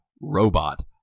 robot